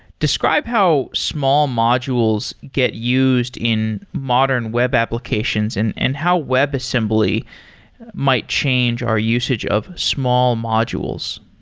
describe how small modules get used in modern web applications and and how webassembly might change our usage of small modules